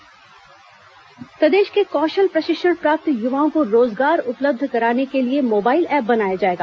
रोजगार mobile app प्रदेश के कौशल प्रशिक्षण प्राप्त युवाओं को रोजगार उपलब्ध कराने के लिए मोबाइल ऐप बनाया जाएगा